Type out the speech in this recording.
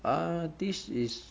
uh this is